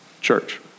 Church